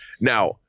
Now